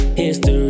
history